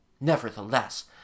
Nevertheless